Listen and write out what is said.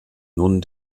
nun